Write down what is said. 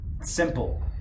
simple